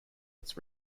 its